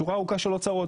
שורה ארוכה של הוצאות,